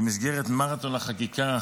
במסגרת מרתון החקיקה